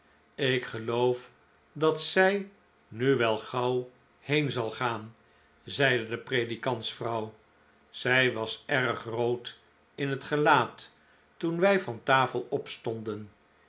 ik geloof dat zij nu wel gauw heen zal gaan zeide de predikantsvrouw zij was erg rood in het gelaat toen wij van tafel opstonden